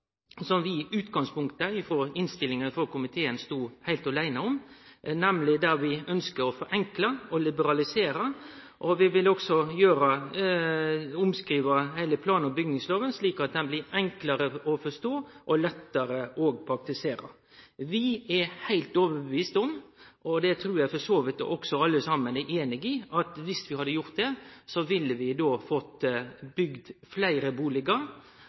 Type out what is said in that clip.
som vi i utgangspunktet stod aleine om i innstillinga frå komiteen, nemleg at vi ønskjer å forenkle og liberalisere, og vi vil også omskrive heile plan- og bygningsloven, slik at han blir enklare å forstå og lettare å praktisere. Vi er heilt overbeviste om – og det trur eg for så vidt alle saman er einige i – at viss vi hadde gjort det, ville vi fått bygd fleire